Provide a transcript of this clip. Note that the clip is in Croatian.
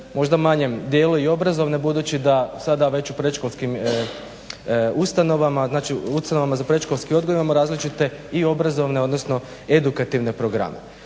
možda manjem dijelu i obrazovne budući da sada već u predškolskim ustanovama, znači ustanovama za predškolski odgoj imamo različite i obrazovne, odnosno edukativne programe.